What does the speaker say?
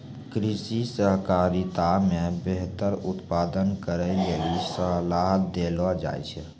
कृषि सहकारिता मे बेहतर उत्पादन करै लेली सलाह देलो जाय छै